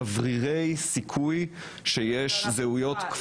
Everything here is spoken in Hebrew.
השר יוכל לבקש מהכנסת להאריך את תקופת